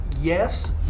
yes